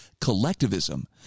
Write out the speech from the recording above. collectivism